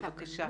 בבקשה.